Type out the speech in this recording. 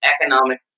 economic